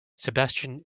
sebastian